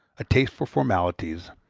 a taste for formalities,